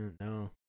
No